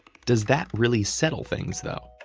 does that really settle things, though?